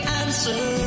answer